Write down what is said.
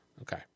Okay